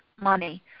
money